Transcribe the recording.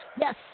Yes